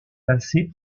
assez